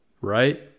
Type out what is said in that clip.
right